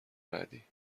بعدی